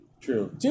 True